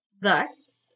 thus